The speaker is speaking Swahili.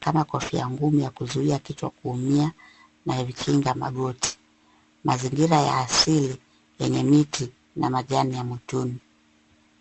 kama kofia ngumu ya kuzuia kichwa kuumia na vikinga magoti. Mazingira ya asili yenye miti na majani ya mwituni.